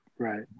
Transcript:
Right